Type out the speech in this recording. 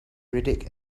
riddick